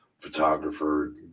photographer